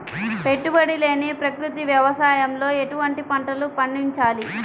పెట్టుబడి లేని ప్రకృతి వ్యవసాయంలో ఎటువంటి పంటలు పండించాలి?